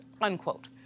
unquote